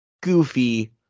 Goofy